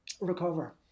recover